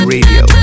Radio